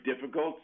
difficult